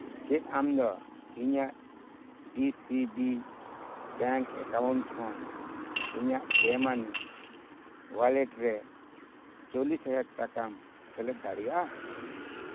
ᱪᱮᱫ ᱟᱢᱫᱚ ᱤᱧᱟᱹᱜ D C B bank account ᱠᱷᱚᱱ ᱤᱧᱟᱹᱜ ᱯᱮ ᱢᱟᱱᱤ ᱚᱣᱟᱞᱮᱴ ᱨᱮ ᱪᱚᱞᱞᱚᱥ ᱦᱟᱡᱟᱨ ᱴᱟᱠᱟᱢ ᱥᱮᱞᱮᱫ ᱫᱟᱲᱮᱭᱟᱜᱼᱟ